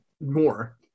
more